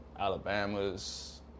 Alabama's